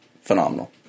Phenomenal